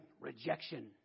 Rejection